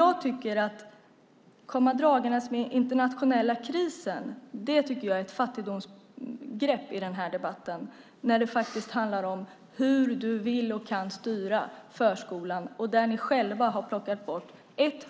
Att komma dragande med den internationella krisen tycker jag är ett fattigdomsgrepp i den här debatten, när det faktiskt handlar om hur du vill och kan styra förskolan och när ni själva har plockat bort